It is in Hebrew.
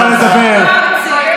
אין לך טיפת בושה.